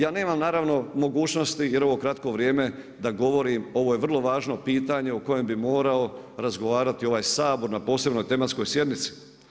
Ja nemam naravno mogućnosti jer ovo je kratko vrijeme da govorim, ovo je vrlo važno pitanje o kojem bi morao razgovarati ovaj Sabor na posebnoj tematskoj sjednici.